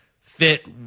fit